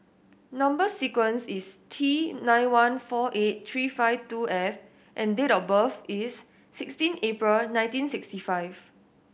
number sequence is T nine one four eight three five two F and date of birth is sixteen April nineteen sixty five